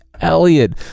Elliot